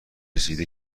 رسیده